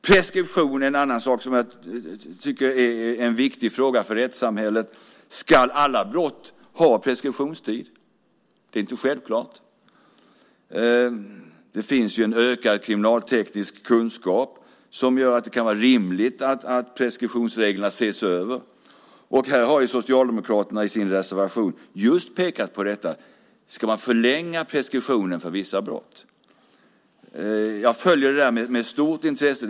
Preskription är en annan fråga som jag tycker är viktig för rättssamhället. Ska alla brott ha preskriptionstid? Det är inte självklart. Det finns ju en ökad kriminalteknisk kunskap som gör att det kan vara rimligt att preskriptionsreglerna ses över. Socialdemokraterna har i sin reservation just pekat på detta. Ska man förlänga preskriptionen för vissa brott? Jag följer detta med stort intresse.